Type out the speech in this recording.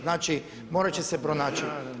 Znači morat će se pronaći.